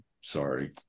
sorry